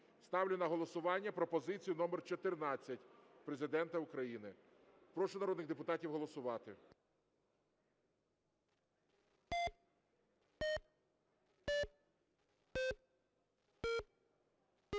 Ставлю на голосування пропозицію номер 14 Президента України. Прошу народних депутатів голосувати.